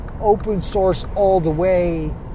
open-source-all-the-way